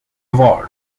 award